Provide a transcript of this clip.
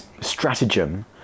stratagem